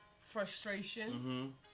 frustration